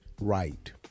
right